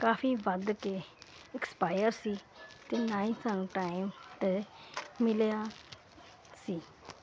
ਕਾਫੀ ਵੱਧ ਕੇ ਐਕਸਪਾਇਰ ਸੀ ਤੇ ਨਾ ਹੀ ਸਾਨੂੰ ਟਾਈਮ ਤੇ ਮਿਲਿਆ ਸੀ